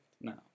now